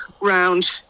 round